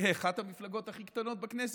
אחת המפלגות הכי קטנות בכנסת,